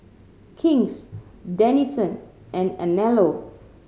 King's Denizen and Anello